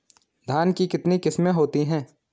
धान की कितनी किस्में होती हैं?